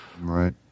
Right